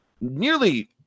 nearly